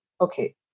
Okay